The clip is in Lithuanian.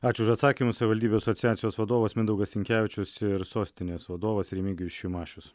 ačiū už atsakymus savivaldybių asociacijos vadovas mindaugas sinkevičius ir sostinės vadovas remigijus šimašius